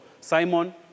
Simon